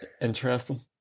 Interesting